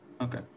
Okay